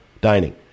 dining